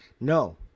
No